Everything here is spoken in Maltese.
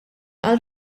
għal